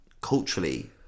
culturally